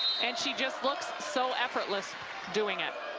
and she just looksso so effortless doing it.